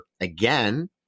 again